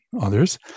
others